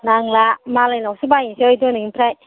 नांला मालायनावसो बायसै दिनैनिफ्राय